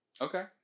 Okay